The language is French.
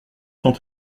sont